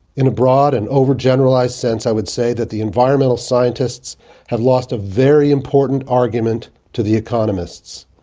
in a broad and over-generalized sense i would say that the environmental scientists have lost a very important argument to the economists.